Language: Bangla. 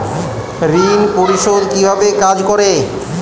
ঋণ পরিশোধ কিভাবে কাজ করে?